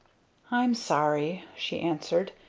i'm sorry, she answered,